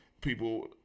people